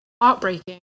heartbreaking